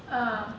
uh